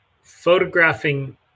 photographing